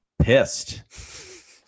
pissed